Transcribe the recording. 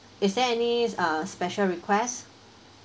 is there any uh special request